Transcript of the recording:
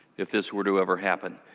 if this were to ever happen.